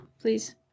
please